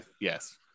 yes